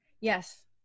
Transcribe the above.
Yes